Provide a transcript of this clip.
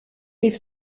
rief